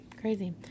crazy